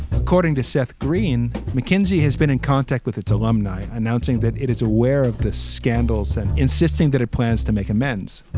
according to seth green, mckinsey has been in contact with its alumni, announcing that it is aware of the scandals and insisting that it plans to make amends.